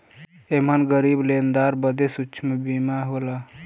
एमन गरीब लेनदार बदे सूक्ष्म बीमा होला